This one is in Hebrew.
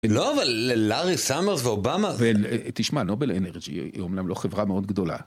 לא, אבל לארי סמארס ואובאמה... ותשמע, נובל אנרג'י היא אומנם לא חברה מאוד גדולה.